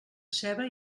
ceba